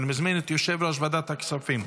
ותיכנס לספר החוקים.